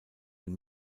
den